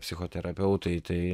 psichoterapeutui tai